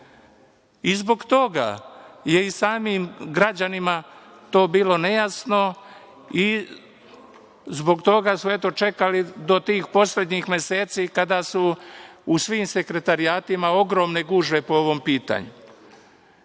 toga je i samim građanima to bilo nejasno i zbog toga smo, eto, čekali do tih poslednjih meseci kada su u svim sekretarijatima ogromne gužve po ovom pitanju. Rok